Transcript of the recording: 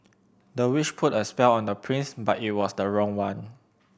the witch put a spell on the prince but it was the wrong one